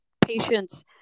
patients